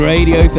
Radio